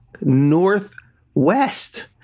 northwest